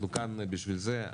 אנחנו כאן בשביל זה,